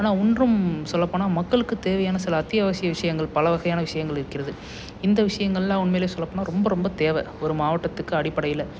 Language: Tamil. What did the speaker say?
ஆனால் ஒன்றும் சொல்லப்போனால் மக்களுக்கு தேவையான சில அத்தியாவசிய விஷயங்கள் பல வகையான விஷயங்கள் இருக்கிறது இந்த விஷயங்கள்லாம் உண்மையிலே சொல்லப்போனால் ரொம்ப ரொம்ப தேவை ஒரு மாவட்டத்துக்கு அடிப்படையில்